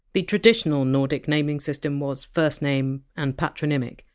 the traditional nordic naming system was first name and patronymic.